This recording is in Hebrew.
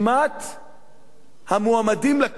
המועמדים לכנסת של המפלגות שלנו.